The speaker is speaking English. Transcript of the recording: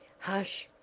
hush!